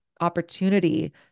opportunity